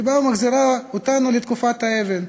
שבאה ומחזירה אותנו לתקופת האבן.